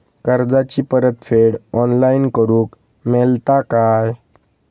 कर्जाची परत फेड ऑनलाइन करूक मेलता काय?